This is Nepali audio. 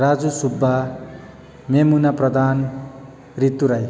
राजु सुब्बा नेमुना प्रधान ऋतु राई